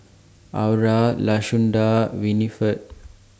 Aura Lashunda and Winifred